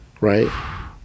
right